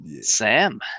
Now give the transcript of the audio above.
sam